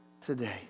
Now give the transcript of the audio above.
today